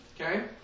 Okay